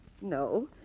no